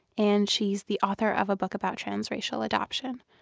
and she's the author of a book about transracial adoption.